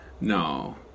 No